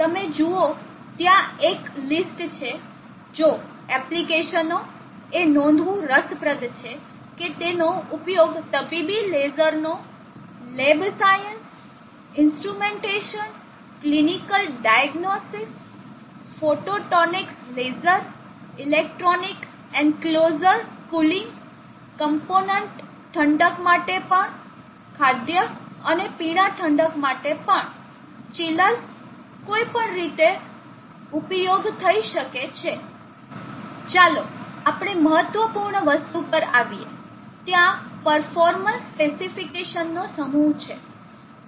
તમે જુઓ ત્યાં એક લીસ્ટ છે જો એપ્લિકેશનો એ નોંધવું રસપ્રદ છે કે તેનો ઉપયોગ તબીબી લેસરો lab science instrumentation clinical diagnostics photonics laser electronic enclosure cooling component ઠંડક માટે પણ ખાદ્ય અને પીણા ઠંડક માટે ચિલર્સ કોઈપણ રીતે ઉપયોગ થઈ શકે છે ચાલો આપણે મહત્વપૂર્ણ વસ્તુ પર આવીએ ત્યાં પરફોર્મન્સ સ્પેસીફીકેસન નો સમૂહ છે